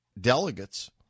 delegates